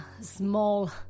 small